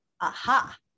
aha